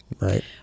Right